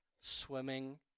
swimming